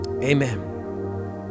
Amen